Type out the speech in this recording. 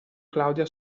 claudia